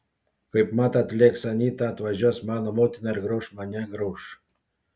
kaipmat atlėks anyta atvažiuos mano motina ir grauš mane grauš